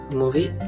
movie